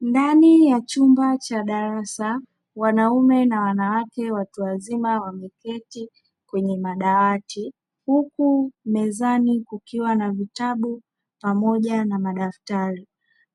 Ndani ya chumba cha darasa wanaume na wanawake watu wazima wameketi kwenye madawati, huku mezani kukiwa na vitabu pamoja na madaftari,